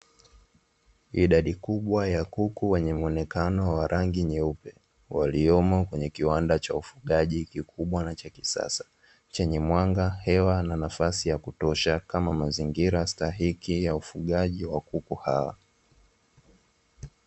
Idadi kubwa ya kuku wenye muonekano wa rangi nyeupe, waliomo kwenye kiwanda cha ufugaji kikubwa na cha kisasa chenye mwanga hewa na nafasi yakutosha kama mazingira stahiki ya ufugaji wa kuku hawa.